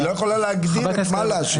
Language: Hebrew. היא לא יכולה להגדיר את מה לאשר.